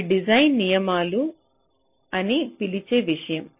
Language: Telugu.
ఇవి డిజైన్ నియమాలు అని పిలిచే విషయం